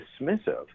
dismissive